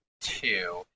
two